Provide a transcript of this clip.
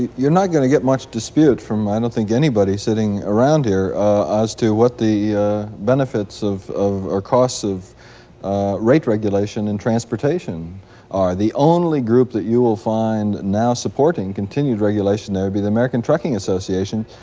you're not going to get much dispute from i don't think anybody's sitting around here as to what the benefits of of or costs of rate regulation in transportation are. the only group that you will find now supporting continued regulation would be the american trucking association,